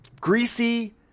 Greasy